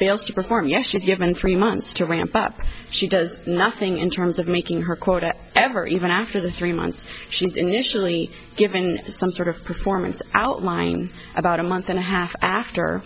to perform yes she's given three months to ramp up she does nothing in terms of making her quota ever even after the three months she was initially given some sort of performance outline about a month and a half after